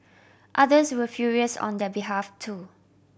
others were furious on their behalf too